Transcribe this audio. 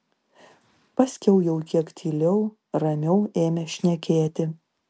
paskiau jau kiek tyliau ramiau ėmė šnekėti